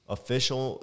Official